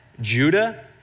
Judah